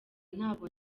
ntabwo